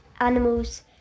animal's